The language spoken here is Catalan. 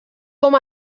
com